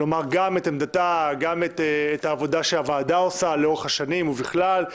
לומר את עמדתה ולספר גם על העבודה שהוועדה עושה לאורך השנים ובכלל.